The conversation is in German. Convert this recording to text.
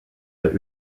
der